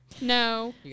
No